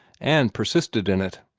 and persisted in it.